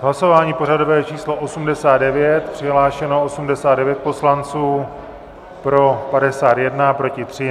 Hlasování pořadové číslo 89, přihlášeno 89 poslanců, pro 51, proti 3.